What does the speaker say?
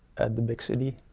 the big city.